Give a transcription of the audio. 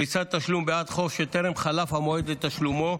(פריסת תשלום בעד חוב שטרם חלף המועד לתשלומו),